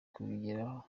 kubigeraho